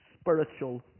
spiritual